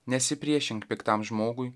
nesipriešink piktam žmogui